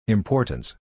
Importance